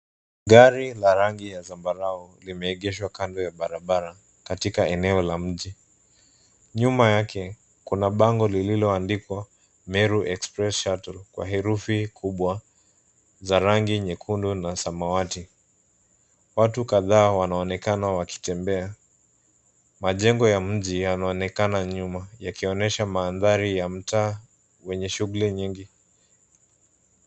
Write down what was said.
Gari la rangi ya zambarau limeegeshwa kando ya barabara katika eneo la mji. Nyuma yake kuna bango lililoandikwa Meru (cs)Express Shuttle(cs) kwa herufi kubwa za rangi nyekundu na samawati. Watu kadhaaa wanaonekana wakitembea. Majengo ya mji yanaonekana nyuma yakionesha manthari ya mtaa wenye shughuli mingi.